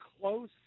close